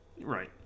Right